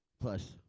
Plus